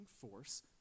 force